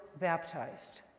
baptized